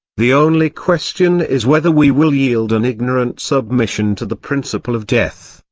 the only question is whether we will yield an ignorant submission to the principle of death,